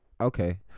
Okay